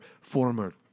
former